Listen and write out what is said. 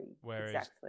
Whereas